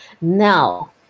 now